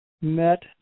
met